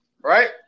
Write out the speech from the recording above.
Right